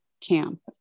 camp